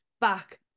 back